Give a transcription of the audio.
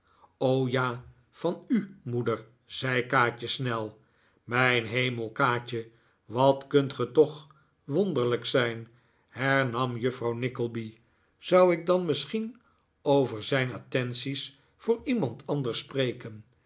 ja van u moeder zei kaatje snel mijn hemel kaatje wat kunt ge toch wonderlijk zijn hernam juffrouw nickleby zou ik dan misschieh over zijn attentie voor iemand anders spreken